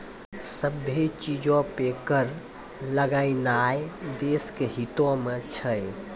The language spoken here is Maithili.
सभ्भे चीजो पे कर लगैनाय देश के हितो मे छै